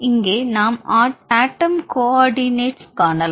இங்கே நாம் ஆட்டம் கோ ஆர்டினேட்டஸ் காணலாம்